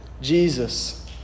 Jesus